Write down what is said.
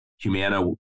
Humana